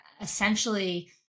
essentially